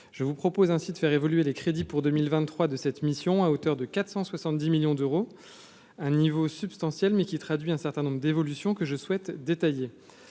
je vous propose ainsi de faire évoluer les crédits pour 2023 de cette mission à hauteur de 470 millions d'euros, un niveau substantiel, mais qui traduit un certain nombre d'évolutions que je souhaite détaillé